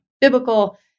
biblical